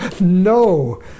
No